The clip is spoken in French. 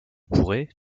pourrai